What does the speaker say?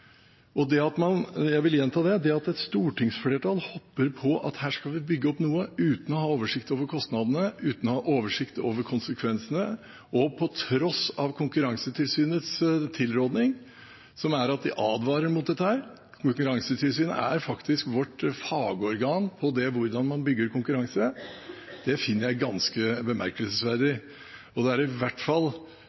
Jeg vil gjenta at det at et stortingsflertall hopper på at her skal vi bygge opp noe uten å ha oversikt over kostnadene, uten å ha oversikt over konsekvensene, og på tross av Konkurransetilsynets tilråding, som er at de advarer mot dette – Konkurransetilsynet er faktisk vårt fagorgan for hvordan man bygger konkurranse – finner jeg ganske bemerkelsesverdig. Og det er i hvert fall